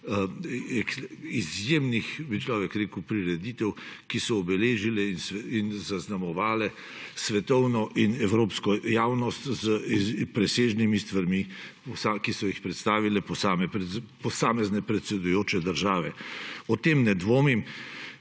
izjemnih prireditev, ki so obeležile in zaznamovale svetovno in evropsko javnost s presežnimi stvarmi, ki so jih predstavile posamezne predsedujoče države. O tem ne dvomim,